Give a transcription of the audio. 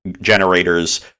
generators